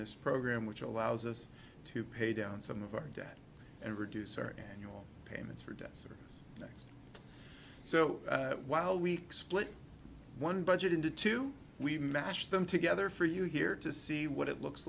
this program which allows us to pay down some of our debt and reduce our annual payments for debts so while week split one budget into two we mashed them together for you here to see what it looks